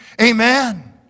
Amen